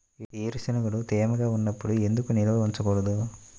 వేరుశనగలు తేమగా ఉన్నప్పుడు ఎందుకు నిల్వ ఉంచకూడదు?